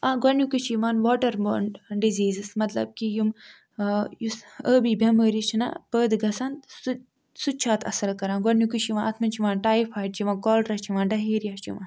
آ گۄڈنیُکُے چھُ یِوان واٹَر بانٛڈ ڈِزیٖزِز مَطلَب کہِ یِم آ یُس ٲبی بیٚمٲری چھِنا پٲدٕ گَژھان سُہ تہِ سُہ تہِ چھُ اتھ اَثَر کَران گۄڈنیُکُے چھُ یِوان اَتھ مَنٛز چھُ یِوان ٹایفایڈ چھُ یِوان کالرا چھُ یِوان ڈَہیریا چھُ یِوان